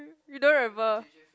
you don't remember